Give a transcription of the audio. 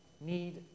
need